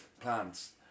plants